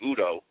Udo